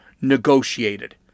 negotiated